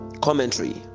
commentary